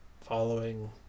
following